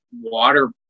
water